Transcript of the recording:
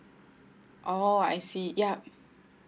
oh I see ya